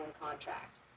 contract